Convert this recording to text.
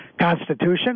Constitution